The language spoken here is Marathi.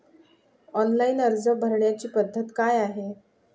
ऑनलाइन अर्ज भरण्याची पद्धत काय आहे?